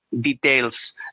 details